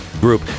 group